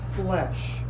flesh